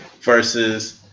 versus